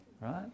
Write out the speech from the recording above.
right